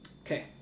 Okay